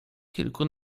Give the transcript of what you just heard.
kilku